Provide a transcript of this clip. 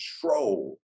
control